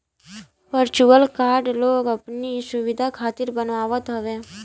virtual card लोग अपनी सुविधा खातिर बनवावत हवे